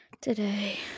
Today